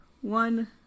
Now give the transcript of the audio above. one